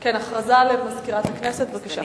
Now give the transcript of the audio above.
הודעה לסגנית מזכיר הכנסת, בבקשה.